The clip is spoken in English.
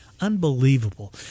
Unbelievable